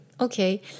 okay